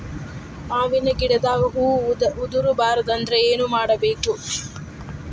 ಮಾವಿನ ಗಿಡದಾಗ ಹೂವು ಉದುರು ಬಾರದಂದ್ರ ಏನು ಮಾಡಬೇಕು?